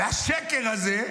והשקר הזה,